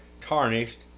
tarnished